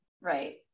right